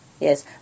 Yes